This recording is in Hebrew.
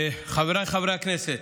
חבריי חברי הכנסת,